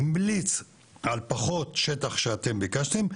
המליץ על פחות שטח שאתם ביקשתם.